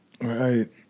Right